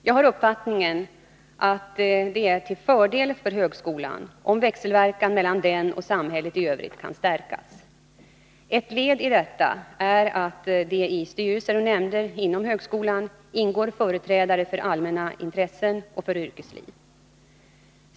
Jag har uppfattningen att det är till fördel för högskolan om växelverkan mellan den och samhället i övrigt kan stärkas. Ett led i detta är att det i styrelser och nämnder inom högskolan ingår företrädare för allmänna intressen och för yrkesliv.